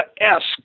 esque